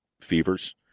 fevers